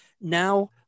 now